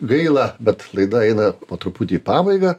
gaila bet laida eina po truputį į pabaigą